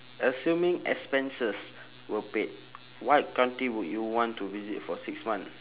assuming expenses were paid what country would you want to visit for six month